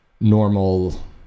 normal